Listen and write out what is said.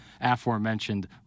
aforementioned